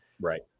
Right